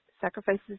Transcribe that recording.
sacrifices